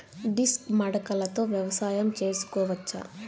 Disc మడకలతో వ్యవసాయం చేసుకోవచ్చా??